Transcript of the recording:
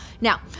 Now